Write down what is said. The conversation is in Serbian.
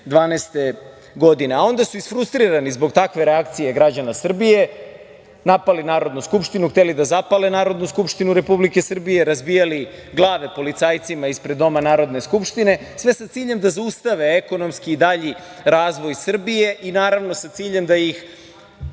su isfrustrirani zbog takve reakcije građana Srbije napali Narodnu skupštinu, hteli da zapale Narodnu skupštinu Republike Srbije, razbijali glave policajcima ispred Doma Narodne skupštine, sve sa ciljem da zaustave ekonomski i dalji razvoj Srbije i, naravno, sa ciljem da ih